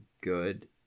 good